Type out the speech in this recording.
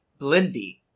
Blindy